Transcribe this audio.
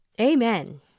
Amen